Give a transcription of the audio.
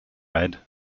read